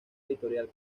editorial